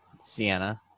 sienna